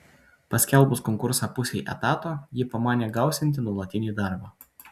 paskelbus konkursą pusei etato ji pamanė gausianti nuolatinį darbą